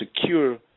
secure